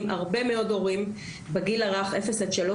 הרבה מאוד הורים בגיל הרך אפס עד שלוש,